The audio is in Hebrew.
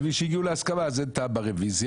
מבין שהגיעו להסכמה ולכן אין טעם ברוויזיה.